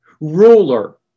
ruler